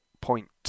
point